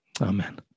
Amen